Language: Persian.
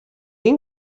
این